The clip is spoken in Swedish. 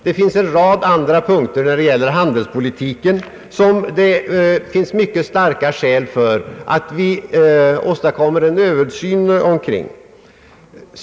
Det finns mycket starka skäl för att vi gör en Översyn kring en rad andra punkter när det gäller handelspolitiken..